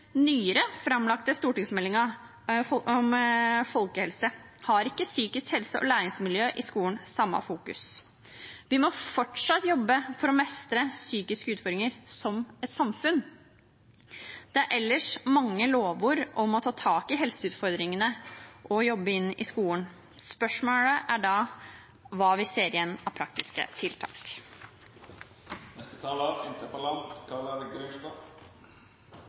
framlagte stortingsmeldingen om folkehelse har ikke psykisk helse og læringsmiljøet i skolen det samme fokuset. Vi må fortsatt jobbe for å mestre psykiske utfordringer som samfunn. Det er ellers mange lovord om å ta tak i helseutfordringene og å jobbe i skolen. Spørsmålet er da hva vi ser igjen av praktiske tiltak.